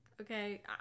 okay